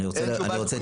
אין שום בעיה,